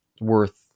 worth